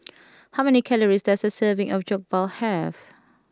how many calories does a serving of Jokbal have